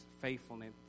faithfulness